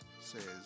says